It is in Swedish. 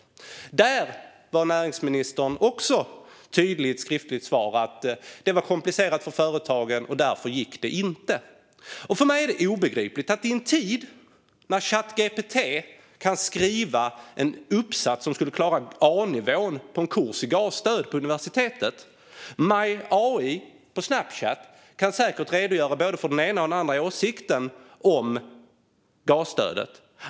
Också där var näringsministern tydlig i ett skriftligt svar med att det var komplicerat för företagen och att det därför inte gick. För mig är det obegripligt i en tid då Chat GPT skulle klara att skriva en uppsats på en A-kurs om gasstöd på universitetet och då My AI på Snapchat säkert kan redogöra för både den ena och den andra åsikten om gasstödet.